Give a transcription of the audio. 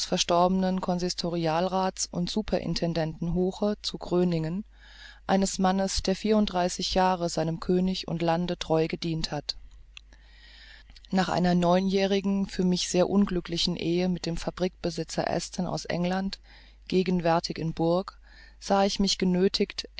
verstorbenen consistorial raths und superintendenten hoche zu gröningen eines mannes der jahre seinem könige und lande treu gedient hat nach einer neunjährigen für mich sehr unglücklichen ehe mit dem fabrikbesitzer aston aus england gegenwärtig in burg sah ich mich genöthigt